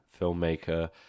filmmaker